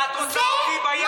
את רוצה אותי בים.